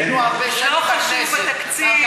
היינו הרבה שנים בכנסת,